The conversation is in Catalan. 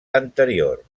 anterior